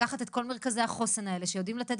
לקחת את כל מרכזי החוסן האלה שיודעים לתת